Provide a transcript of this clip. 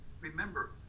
Remember